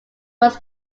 was